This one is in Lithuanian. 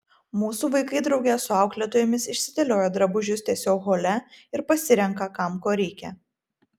mūsų vaikai drauge su auklėtojomis išsidėlioja drabužius tiesiog hole ir pasirenka kam ko reikia